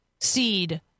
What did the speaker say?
seed